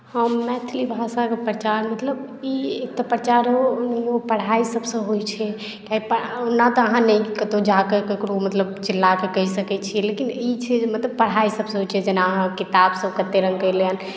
हम मैथिली भाषाके प्रचार मतलब ई एकटा प्रचारो पढ़ाइ सभसँ होइत छै कियेक तऽ ओना तऽ नहि अहाँ कतहु जा कऽ ककरो मतलब चिल्ला कऽ कहि सकैत छियै लेकिन ई छै जे मतलब पढ़ाइ सभसँ होइत छै जेना अहाँ किताबसभ कतेक रङ्गके अयलै हन